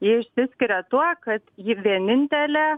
ji išsiskiria tuo kad ji vienintelė